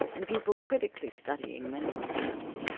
and people critically studying menu cards.